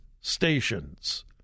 stations